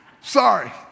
sorry